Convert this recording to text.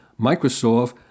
Microsoft